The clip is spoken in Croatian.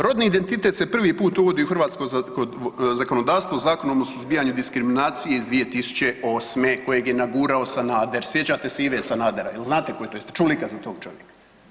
Rodni identitet se prvi put uvodi u hrvatsko zakonodavstvo Zakonom o suzbijanju diskriminacije iz 2008. kojeg je nagurao Sanader, sjećate se Ive Sanadera, jel znate ko je to, jeste čuli kad za tog čovjek?